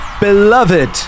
Beloved